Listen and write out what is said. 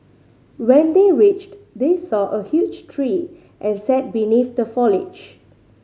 when they reached they saw a huge tree and sat beneath the foliage